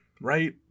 right